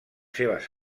seves